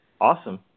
Awesome